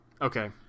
Okay